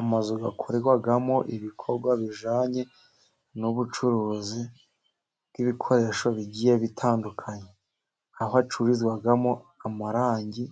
Amazu akorerwamo ibikorwa bijyanye n'ubucuruzi bw'ibikoresho bigiye bitandukanye, aho hacururizwamo amarangi